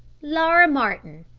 laura martin.